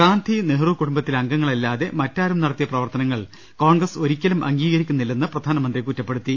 ഗാന്ധി നെഹ്റു കുടുംബത്തിലെ അംഗങ്ങളല്ലാതെ മറ്റാ രും നടത്തിയ പ്രവർത്തനങ്ങൾ കോൺഗ്രസ് ഒരിക്കലും അംഗീകരിക്കുന്നില്ലെന്ന് പ്രധാനമന്ത്രി കുറ്റപ്പെടുത്തി